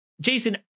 Jason